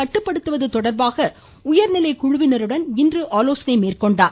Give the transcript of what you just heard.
கட்டுப்படுத்துவது தொடர்பாக உயர்நிலைக்குழுவினருடன் இன்று ஆலோசனை மேற்கொண்டார்